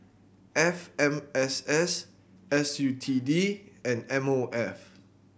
F M S S S U T D and M O F